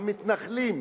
המתנחלים,